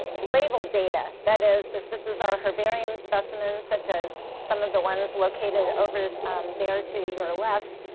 label data. that is, if this is our herbarium specimen, such as some of the ones located over there to your left,